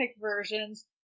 versions